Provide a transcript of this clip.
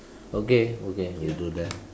okay okay we do that